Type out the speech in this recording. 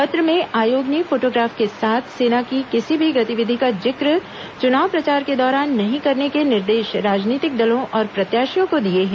पत्र में आयोग ने फोटोग्राफ के साथ सेना की किसी भी गतिविधि का जिक्र चुनाव प्रचार के दौरान नहीं करने के निर्देश राजनीतिक दलों और प्रत्याशियों को दिए हैं